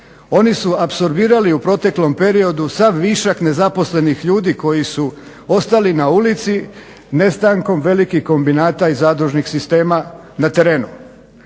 oni su apsorbirali u proteklom periodu sav višak nezaposlenih ljudi koji su ostali na ulici nestankom velikih kombinata i zadružnih sistema na terenu.